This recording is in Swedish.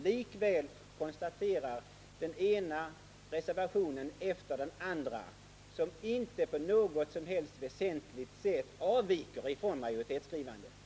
Likväl konstaterar vi att man avger den ena reservationen efter den andra som inte på något väsentligt sätt avviker från majoritetsskrivningen.